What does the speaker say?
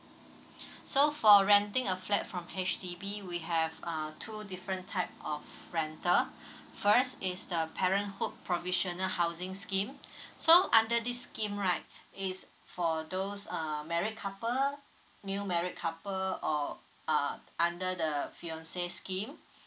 so for renting a flat from H_D_B we have uh two different type of rental first is the parenthood provisional housing scheme so under this scheme right is for those uh married couple new married couple or uh under the fiancé scheme